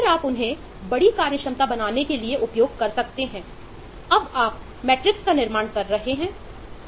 फिर आप उन्हें बड़ी कार्यक्षमता बनाने के लिए उपयोग कर सकते हैं अब आप मैट्रिस पर काम कर रहे है